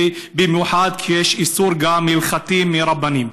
במיוחד כשגם יש איסור הלכתי מרבנים.